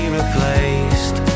replaced